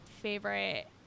favorite